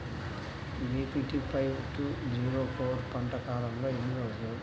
BPT five two zero four పంట కాలంలో ఎన్ని రోజులు?